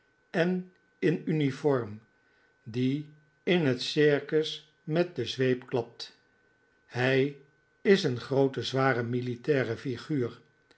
en in uniform die in het circus met de zweep klapt hij is een groote zware en militaire flguur